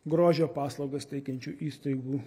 grožio paslaugas teikiančių įstaigų